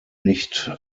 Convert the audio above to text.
nicht